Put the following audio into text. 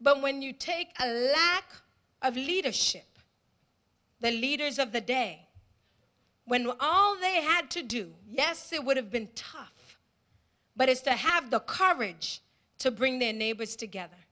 but when you take that kind of leadership the leaders of the day when all they had to do yes it would have been tough but is to have the courage to bring their neighbors together